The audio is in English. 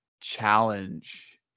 challenge